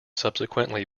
subsequently